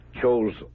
chose